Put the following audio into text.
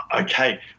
Okay